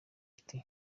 ati